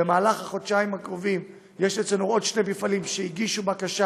במהלך החודשיים הקרובים יש אצלנו עוד שני מפעלים שהגישו בקשה